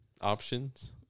options